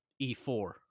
E4